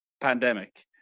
pandemic